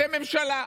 אתם ממשלה.